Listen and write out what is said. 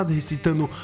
recitando